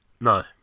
No